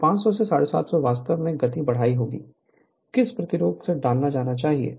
तो 500 से 750 वास्तव में गति बढ़ानी होगी किस प्रतिरोध में डाला जाना चाहिए